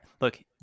look